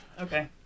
Okay